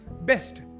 best